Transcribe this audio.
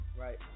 Right